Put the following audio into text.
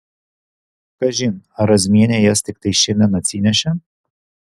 kažin ar razmienė jas tiktai šiandien atsinešė